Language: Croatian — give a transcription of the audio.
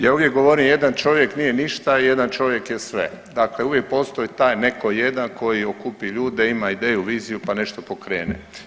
Ja uvijek govorim jedan čovjek nije ništa, jedan čovjek je sve, dakle uvijek postoji taj neko jedan koji okupi ljude, ima ideju, viziju, pa nešto pokrene.